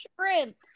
shrimp